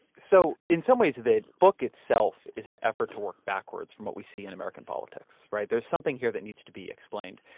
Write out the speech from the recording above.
so in some ways, the book itself is an effort to work backwards from what we see in american politics. there's something here that needs to be explained,